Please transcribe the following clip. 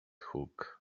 hook